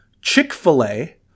Chick-fil-A